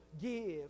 give